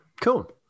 cool